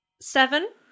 Seven